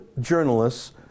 journalists